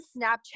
Snapchat